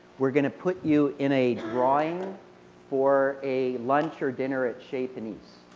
we are going to put you in a drawing for a lunch or dinner at chez panisse.